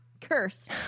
Curse